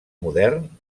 modern